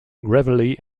gravelly